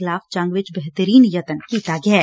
ਖਿਲਾਫ ਜੰਗ ਵਿੱਚ ਬੇਹਤਰੀਨ ਯਤਨ ਕੀਤਾ ਗਿਐ